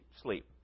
sleep